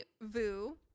Vu